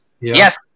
Yes